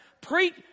preach